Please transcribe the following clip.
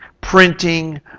printing